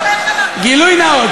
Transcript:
גילוי נאות,